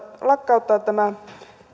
lakkauttaa tämä